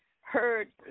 heard